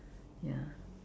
ya